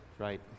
Right